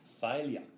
failure